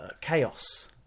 Chaos